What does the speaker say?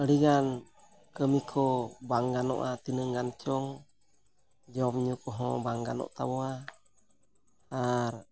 ᱟᱹᱰᱤᱜᱟᱱ ᱠᱟᱹᱢᱤ ᱠᱚ ᱵᱟᱝ ᱜᱟᱱᱚᱜᱼᱟ ᱛᱤᱱᱟᱹᱜ ᱜᱟᱱ ᱪᱚᱝ ᱡᱚᱢ ᱧᱩ ᱠᱚᱦᱚᱸ ᱵᱟᱝ ᱜᱟᱱᱚᱜ ᱛᱟᱵᱚᱱᱟ ᱟᱨ